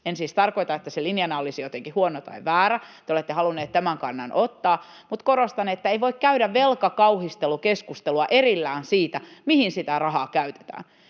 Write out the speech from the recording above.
En siis tarkoita, että se linjana olisi jotenkin huono tai väärä, te olette halunneet tämän kannan ottaa, mutta korostan, että ei voi käydä velkakauhistelukeskustelua erillään siitä, mihin sitä rahaa käytetään.